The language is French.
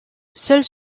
seuls